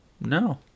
No